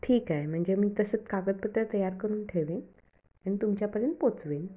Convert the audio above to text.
ठीक आहे म्हणजे मी तसंच कागदपत्र तयार करून ठेवेन आणि तुमच्यापर्यंत पोचवेन